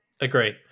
Agree